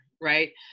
Right